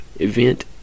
event